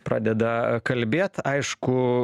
pradeda kalbėt aišku